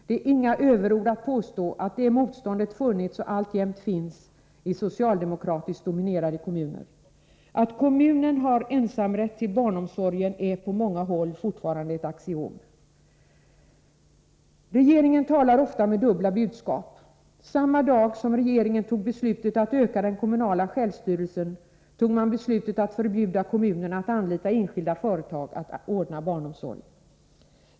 Det är inga överord att påstå att motståndet funnits och alltjämt finns i socialdemokratiskt dominerande kommuner. Att kommunen har ensamrätten till barnomsorgen är på många håll fortfarande ett axiom. Regeringen talar ofta med dubbla budskap. Samma dag som regeringen tog beslutet att öka den kommunala självstyrelsen, tog man beslutet att förbjuda kommuner att anlita enskilda företag för att ordna barnomsorgen.